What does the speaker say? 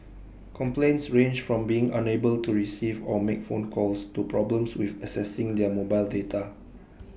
complaints ranged from being unable to receive or make phone calls to problems with accessing their mobile data